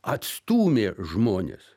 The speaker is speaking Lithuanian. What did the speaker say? atstūmė žmones